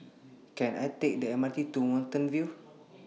Can I Take The M R T to Watten View